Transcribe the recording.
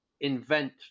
invent